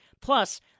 Plus